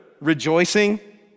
rejoicing